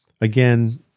Again